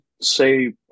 say